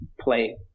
play